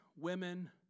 women